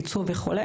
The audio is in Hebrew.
ייצוא וכו',